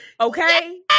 Okay